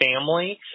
family